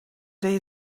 they